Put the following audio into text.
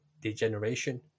degeneration